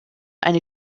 eine